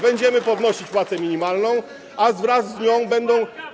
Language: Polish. Będziemy podnosić płacę minimalną, a wraz z nią będą.